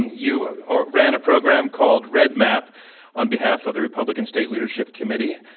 you ah ran a program called redmap on behalf of the republican state leadership committee,